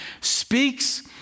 speaks